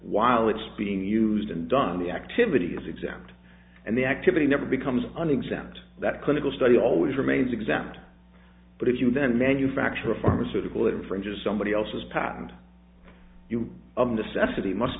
while it's being used and done the activity is exempt and the activity never becomes an exempt that clinical study always remains exempt but if you then manufacture a pharmaceutical it infringes somebody else's patent you